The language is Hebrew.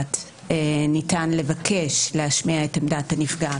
המשפט ניתן לבקש להשמיע את עמדת הנפגע,